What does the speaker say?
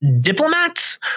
diplomats